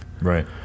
right